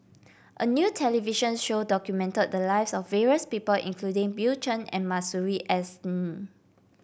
a new television show documented the lives of various people including Bill Chen and Masuri S N